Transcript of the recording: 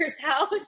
house